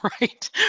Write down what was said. Right